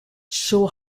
show